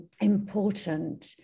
important